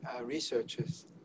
researchers